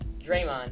Draymond